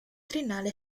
triennale